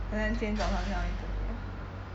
好像今天早上这样我会等你的